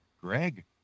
Greg